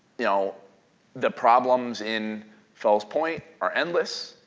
you know the problems in fells point are endless,